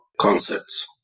concepts